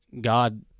God